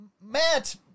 Matt